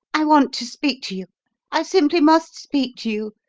i want to speak to you i simply must speak to you.